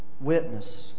witness